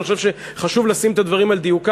אבל אני חושב שחשוב לשים את הדברים על דיוקם.